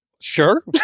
Sure